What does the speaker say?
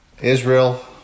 Israel